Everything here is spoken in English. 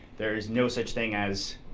there's no such thing as